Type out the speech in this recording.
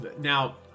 now